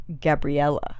gabriella